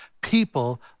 people